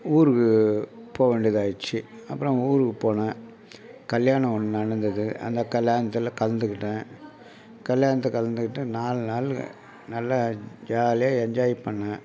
ஊருக்கு போக வேண்டியதாகிருச்சு அப்புறம் ஊருக்கு போனேன் கல்யாணம் ஒன்று நடந்தது அந்த கல்யாணத்தில் கலந்துக்கிட்டேன் கல்யாணத்தில் கலந்துக்கிட்டு நாலு நாள் நல்லா ஜாலியாக என்ஜாய் பண்ணிணேன்